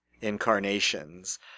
incarnations